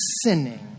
sinning